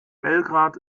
belgrad